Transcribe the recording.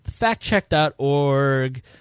factcheck.org